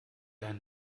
einen